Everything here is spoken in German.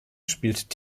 spielt